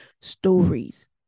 stories